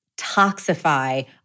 toxify